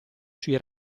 sui